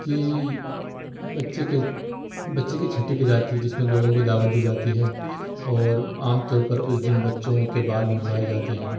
کی بچے کے بچے کی چھٹی کی جاتی ہے جس میں لوگوں کو دعوت دی جاتی ہے اور عام طور پر اس دن بچوں کے بال منڈوائے جاتے ہیں